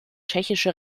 tschechische